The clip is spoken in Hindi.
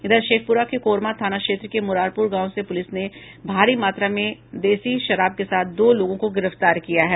इधर शेखपुरा के कोरमा थाना क्षेत्र के मुरारपुर गाव से पुलिस ने भारी मात्रा में देसी शराब के साथ दो लोगों को गिरफ्तार किया है